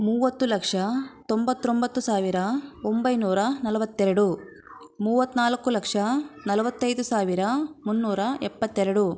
ಮೂವತ್ತು ಲಕ್ಷ ತೊಂಬತ್ತೊಂಬತ್ತು ಸಾವಿರ ಒಂಬೈನೂರ ನಲವತ್ತೆರಡು ಮೂವತ್ತ್ನಾಲ್ಕು ಲಕ್ಷ ನಲವತ್ತೈದು ಸಾವಿರ ಮುನ್ನೂರ ಎಪ್ಪತ್ತೆರಡು